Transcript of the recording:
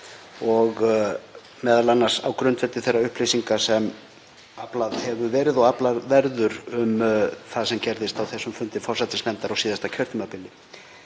lykta, m.a. á grundvelli þeirra upplýsinga sem aflað hefur verið og aflað verður um það sem gerðist á þessum fundi forsætisnefndar á síðasta kjörtímabili.